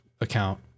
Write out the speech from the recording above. account